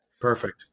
Perfect